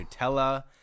Nutella